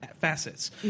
facets